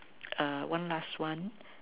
err one last one